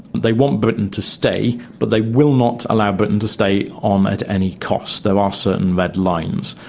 they want britain to stay, but they will not allow britain to stay on at any cost, there are certain red lines,